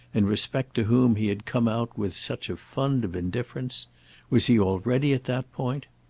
in respect to whom he had come out with such a fund of indifference was he already at that point?